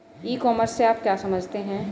ई commerce से आप क्या समझते हैं?